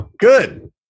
Good